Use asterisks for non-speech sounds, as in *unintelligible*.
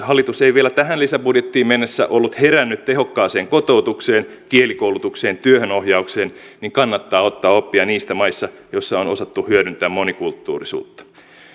*unintelligible* hallitus ei vielä tähän lisäbudjettiin mennessä ollut herännyt tehokkaaseen kotoutukseen kielikoulutukseen työhönohjaukseen niin kannattaa ottaa oppia niistä maista joissa on osattu hyödyntää monikulttuurisuutta